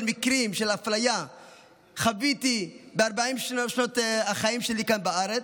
של מקרים של אפליה שחוויתי ב-40 שנות החיים שלי כאן בארץ,